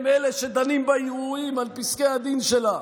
הם שדנים בערעורים על פסקי הדין שלה.